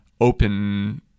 open